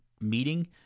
meeting